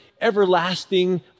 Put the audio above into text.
everlasting